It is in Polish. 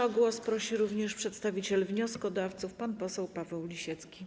O głos prosi przedstawiciel wnioskodawców pan poseł Paweł Lisiecki.